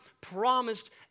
promised